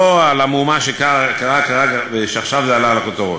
ולא על המהומה שקרתה כרגע ועכשיו עלתה לכותרות.